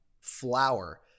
flour